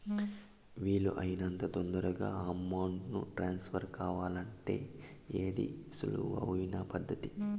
వీలు అయినంత తొందరగా అమౌంట్ ను ట్రాన్స్ఫర్ కావాలంటే ఏది సులువు అయిన పద్దతి